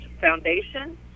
Foundation